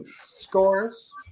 Scores